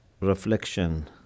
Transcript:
reflection